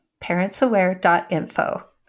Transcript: parentsaware.info